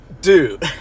dude